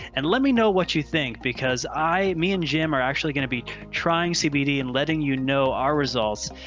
and let me know what you think because i me and jim are actually going to be trying cbd and letting you know our results.